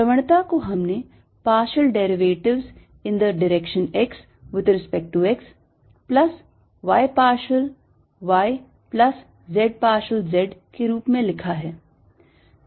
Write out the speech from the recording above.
प्रवणता को हमने partial derivatives in the direction x with respect to x plus y partial y plus z partial z के रूप में लिखा है